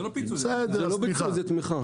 זה לא פיצוי, זה תמיכה.